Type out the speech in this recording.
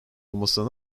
olmasını